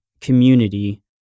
community